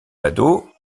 ados